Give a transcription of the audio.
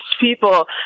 people